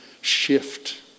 shift